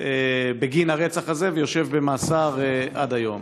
בגין הרצח הזה ויושב במאסר עד היום.